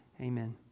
amen